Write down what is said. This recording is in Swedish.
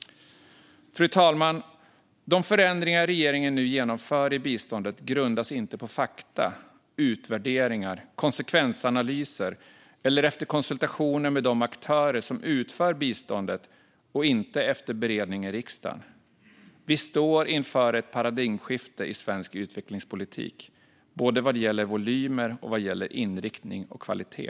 Fru talman! De förändringar regeringen nu genomför i biståndet grundas inte på fakta, utvärderingar och konsekvensanalyser eller på konsultationer med de aktörer som utför biståndet. Inte heller har det varit någon beredning i riksdagen. Vi står inför ett paradigmskifte i svensk utvecklingspolitik både vad gäller volymer och vad gäller inriktning och kvalitet.